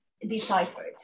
deciphered